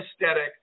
aesthetic